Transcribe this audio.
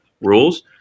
rules